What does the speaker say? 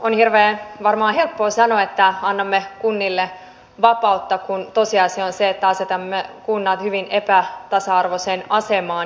on varmaan helppoa sanoa että annamme kunnille vapautta kun tosiasia on se että asetamme kunnat hyvin epätasa arvoiseen asemaan